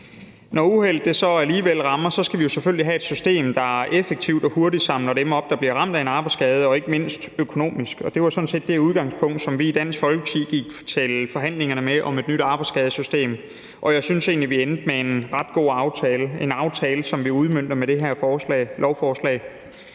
Når uheldet så alligevel rammer, skal vi selvfølgelig have et system, der effektivt og hurtigt samler dem op, der bliver ramt af en arbejdsskade, ikke mindst økonomisk. Det var sådan set det udgangspunkt, vi i Dansk Folkeparti gik til forhandlingerne om et nyt arbejdsskadesystem med, og jeg synes egentlig, at vi endte med en ret god aftale – en aftale, som vi udmønter med det her lovforslag.